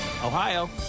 Ohio